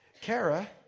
Kara